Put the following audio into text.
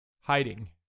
Hiding